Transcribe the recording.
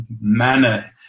manner